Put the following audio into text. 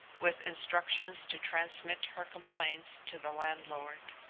with instructions to transmit her complaints to the landlord.